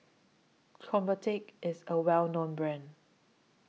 Convatec IS A Well known Brand